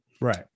Right